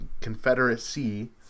Confederacy